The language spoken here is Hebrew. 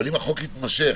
אבל אם החוק יתמשך,